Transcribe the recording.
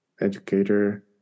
educator